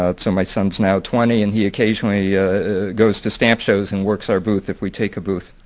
ah so my son is now twenty and he occasionally goes to stamp shows and works our booth if we take a booth.